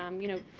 um you know,